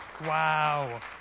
Wow